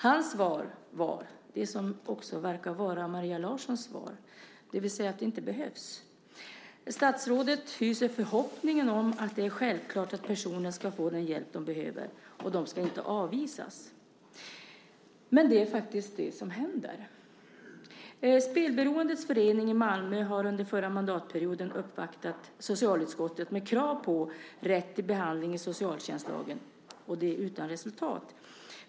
Han svar var det som också verkar vara Maria Larssons svar, det vill säga att det inte behövs. Statsrådet hyser förhoppningen om att det är självklart att personerna ska få den hjälp de behöver, och de ska inte avvisas. Men det är faktiskt vad som händer. Spelberoendes förening i Malmö har under förra mandatperioden uppvaktat socialutskottet med krav på rätt till behandling i socialtjänstlagen, och det utan resultat.